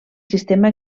sistema